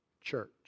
church